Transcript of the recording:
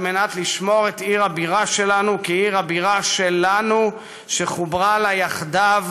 על מנת לשמור את עיר הבירה שלנו כעיר הבירה שלנו שחוברה לה יחדיו,